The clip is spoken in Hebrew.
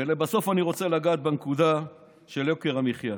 ולבסוף אני רוצה לגעת בנקודה של יוקר המחיה.